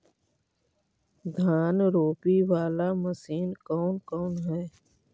धान रोपी बाला मशिन कौन कौन है?